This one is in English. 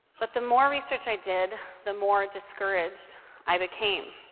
but the more research i did, the more discouraged i became.